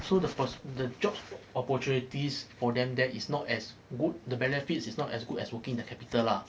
so the pro~ the job opportunities for them that is not as good the benefits is not as good as working in the capital lah